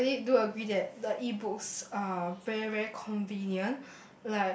while I really do agree that the e-books are very very convenient